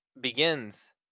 begins